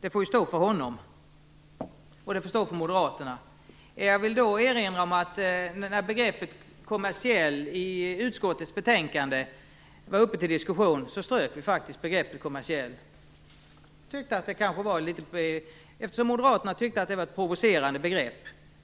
Det får stå för honom och moderaterna. När ordet "kommersiell" i betänkandet var uppe till diskussion i utskottet strök vi det. Eftersom moderaterna tyckte att det var provocerande